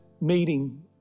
meeting